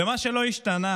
מה שלא השתנה